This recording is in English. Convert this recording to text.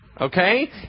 okay